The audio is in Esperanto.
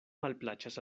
malplaĉas